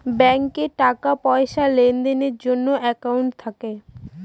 ব্যাঙ্কে টাকা পয়সার লেনদেনের জন্য একাউন্ট থাকে